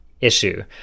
issue